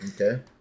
okay